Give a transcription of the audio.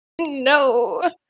No